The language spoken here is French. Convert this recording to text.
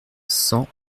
cent